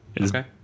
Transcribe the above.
Okay